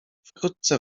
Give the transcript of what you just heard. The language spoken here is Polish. wkrótce